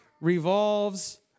revolves